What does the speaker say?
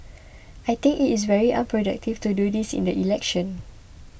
I think it is very unproductive to do this in the election